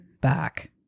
back